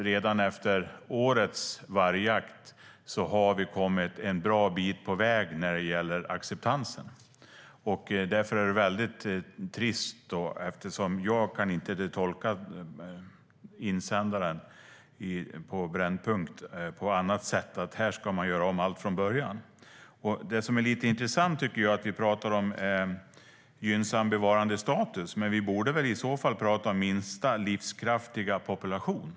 Redan efter årets vargjakt har vi kommit en bra bit på väg vad gäller acceptansen. Tyvärr kan jag inte tolka insändaren på Brännpunkt på annat sätt än att allt ska göras om från början. Vi talar om gynnsam bevarandestatus, men vi borde tala om minsta livskraftiga population.